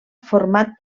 format